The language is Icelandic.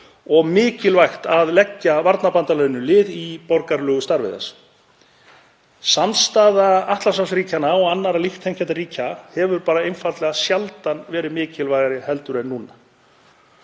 og mikilvægt að leggja varnarbandalaginu lið í borgaralegu starfi þess. Samstaða Atlantshafsríkjanna og annarra líkt þenkjandi ríkja hefur einfaldlega sjaldan verið mikilvægari en núna.